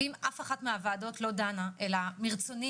ואם אף אחת מהוועדות לא דנה אלא מרצוני